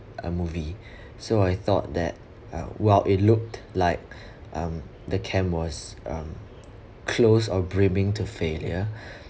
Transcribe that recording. a movie so I thought that uh while it looked like um the camp was um closed or brimming to failure